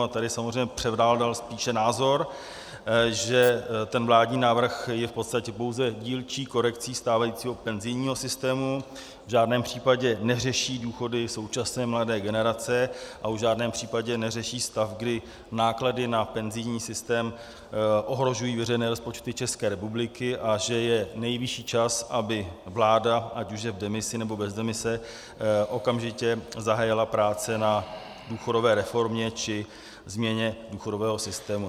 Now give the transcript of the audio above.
A tady samozřejmě převládal spíše názor, že vládní návrh je v podstatě bohužel dílčí korekcí stávajícího penzijního systému, v žádném případě neřeší důchody současné mladé generace a v žádném případě neřeší stav, kdy náklady na penzijní systém ohrožují veřejné rozpočty České republiky, a že je nejvyšší čas, aby vláda, ať už je v demisi, nebo bez demise, okamžitě zahájila práce na důchodové reformě či změně důchodového systému.